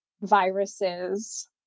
viruses